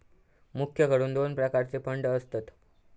मुख्य करून दोन प्रकारचे फंड असतत